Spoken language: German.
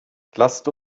lasst